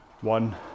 one